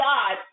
God